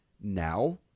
Now